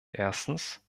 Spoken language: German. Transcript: erstens